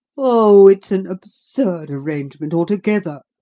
oh, it's an absurd arrangement altogether,